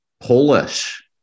Polish